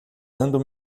andam